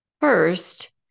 First